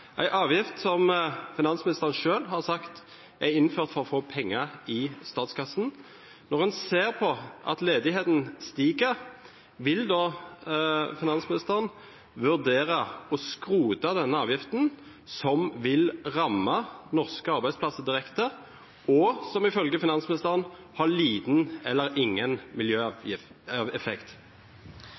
avgift som finansministeren selv har sagt er innført for å få penger i statskassen. Når en ser at ledigheten stiger, vil finansministeren da vurdere å skrote denne avgiften, som vil ramme norske arbeidsplasser direkte, og som – ifølge finansministeren – har liten eller ingen